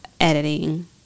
editing